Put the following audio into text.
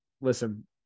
listen